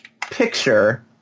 picture